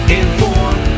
inform